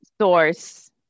source